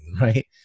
right